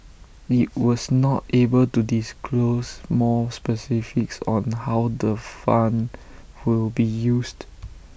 IT was not able to disclose more specifics on how the fund will be used